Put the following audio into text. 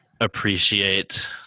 appreciate